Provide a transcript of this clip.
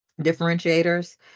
differentiators